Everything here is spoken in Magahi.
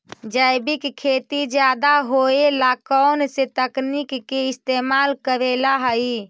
जैविक खेती ज्यादा होये ला कौन से तकनीक के इस्तेमाल करेला हई?